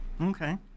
okay